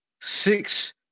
Six